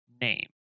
name